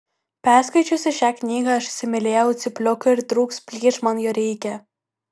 perskaičiusi šią knygą aš įsimylėjau cypliuką ir trūks plyš man jo reikia